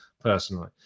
personally